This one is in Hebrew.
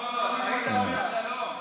היית אומר שלום.